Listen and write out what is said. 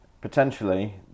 Potentially